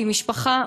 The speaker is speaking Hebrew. כי משפחה,